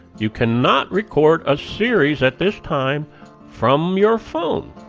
you cannot record a series at this time from your phone.